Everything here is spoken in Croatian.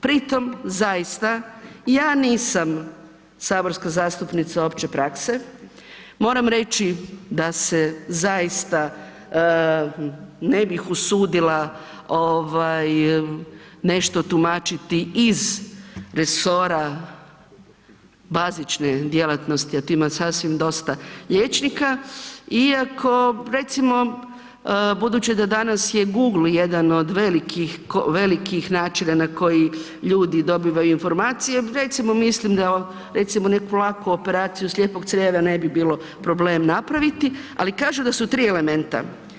Pri tome zaista ja nisam saborska zastupnica opće prakse, moram reći da se zaista ne bih usudila nešto tumačiti iz resora bazične djelatnosti a tu ima sasvim dosta liječnika, iako recimo budući da danas je google jedan od velikih načina na koji ljudi dobivaju informacije, recimo mislim da, recimo neku laku operaciju slijepo crijeva na bi bio problem napraviti ali kažu da su tri elementa.